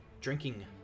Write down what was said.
drinking